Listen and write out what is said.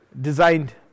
designed